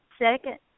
second –